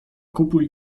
kupuj